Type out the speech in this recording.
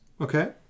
Okay